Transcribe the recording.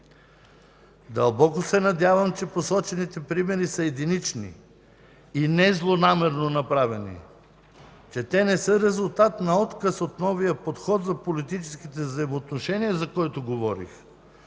Дълбоко се надявам, че посочените примери са единични и незлонамерено направени, че те не са резултат на отказ от новия подход в политическите взаимоотношения, за който говорих,